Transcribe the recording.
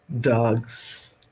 dogs